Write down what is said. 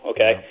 Okay